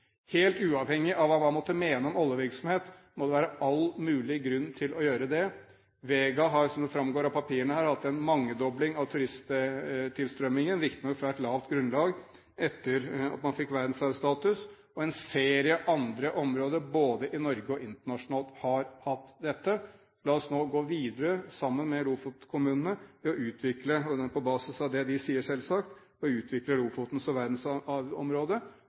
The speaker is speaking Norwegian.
Helt uavhengig av hva man måtte mene om oljevirksomhet, må det være all mulig grunn til å gjøre det. Som det framgår av papirene her, har Vega hatt en mangedobling av turisttilstrømmingen – riktignok fra et lavt grunnlag – etter at man fikk verdensarvstatus. Og en serie andre områder både i Norge og internasjonalt har hatt dette. La oss nå gå videre sammen med Lofotkommunene – selvsagt på basis av det de sier – og utvikle Lofoten som verdensarvområde, og